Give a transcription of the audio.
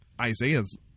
Isaiah's